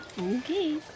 Okay